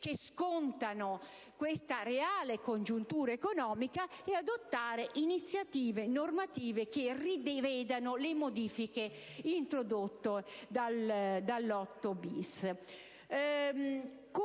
che scontano la reale congiuntura economica e di adottare iniziative normative che riconsiderino le modifiche introdotte dall'articolo